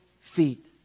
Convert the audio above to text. feet